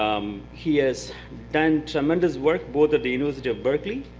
um he has done tremendous work, both at the university of berkeley,